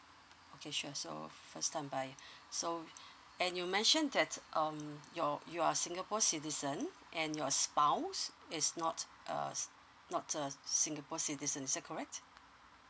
okay sure so first time buying so and you mention that um your you're singapore citizen and your spouse is not uh not uh singapore citizen is that correct